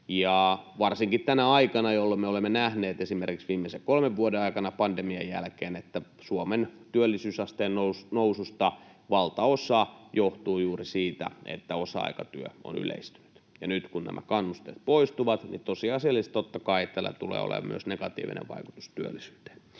varsinkin tänä aikana, jolloin me olemme nähneet — esimerkiksi viimeisen kolmen vuoden aikana pandemian jälkeen — että Suomen työllisyysasteen noususta valtaosa johtuu juuri siitä, että osa-aikatyö on yleistynyt. Nyt, kun nämä kannusteet poistuvat, niin tosiasiallisesti totta kai tällä tulee myös olemaan negatiivinen vaikutus työllisyyteen.